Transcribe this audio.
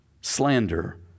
slander